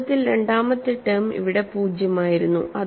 വാസ്തവത്തിൽ രണ്ടാമത്തെ ടേം ഇവിടെ 0 ആയിരുന്നു